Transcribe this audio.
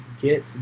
get